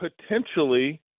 potentially